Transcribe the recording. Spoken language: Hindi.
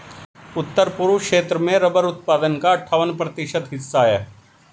उत्तर पूर्व क्षेत्र में रबर उत्पादन का अठ्ठावन प्रतिशत हिस्सा है